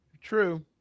True